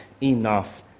enough